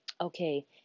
Okay